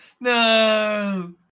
No